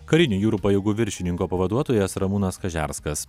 karinių jūrų pajėgų viršininko pavaduotojas ramūnas kažerskas